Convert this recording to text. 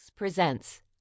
Presents